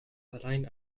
allein